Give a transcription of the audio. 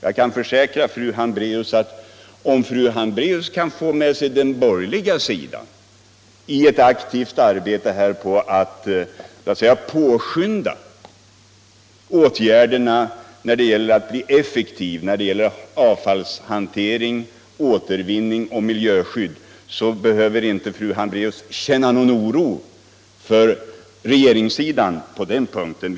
Jag kan försäkra att om fru Hambraeus får med den borgerliga sidan på ett aktivt arbete för effektiva åtgärder rörande avfallshantering, återvinning och miljöskydd så behöver inte fru Hambraeus känna oro för socialdemokratin på den punkten.